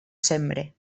sembre